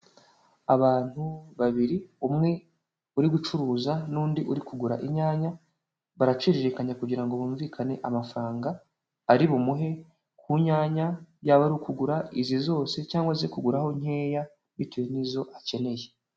Abantu babiri umwe uri gucuruza n'undi uri kugura inyanya, baraciririkanya kugira ngo bumvikane amafaranga ari bumuhe ku nyanya, yaba ari ukugura izi zose cyangwa se kuguraho nkeya bitewe n'izo akeneye.